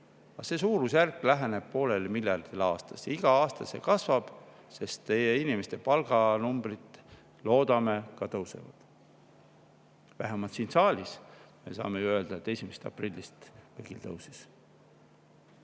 See suurusjärk läheneb poolele miljardile aastas, iga aasta see kasvab, sest inimeste palganumbrid, loodame, ka tõusevad. Vähemalt siin saalis me saame ju öelda, et 1. aprillist tõusis.